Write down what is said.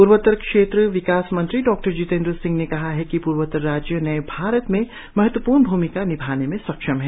पूर्वोत्तर क्षेत्र विकास मंत्री डॉ जितेंद्र सिंह ने कहा है कि पूर्वोत्तर राज्य नए भारत में महत्वपूर्ण भूमिका निभाने में सक्षम है